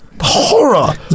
Horror